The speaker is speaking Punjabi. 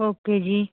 ਓਕੇ ਜੀ